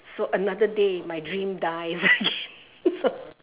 so another day my dream dies again